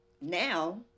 now